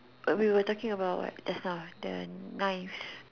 we were talking about what just now the knives